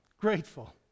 Grateful